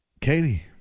Katie